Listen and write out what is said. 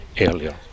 earlier